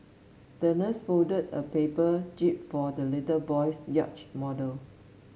the nurse folded a paper jib for the little boy's yacht model